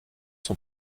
son